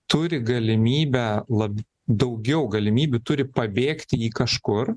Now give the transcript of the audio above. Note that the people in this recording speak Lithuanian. turi galimybę lab daugiau galimybių turi pabėgti į kažkur